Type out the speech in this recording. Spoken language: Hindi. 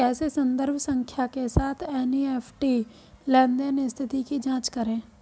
कैसे संदर्भ संख्या के साथ एन.ई.एफ.टी लेनदेन स्थिति की जांच करें?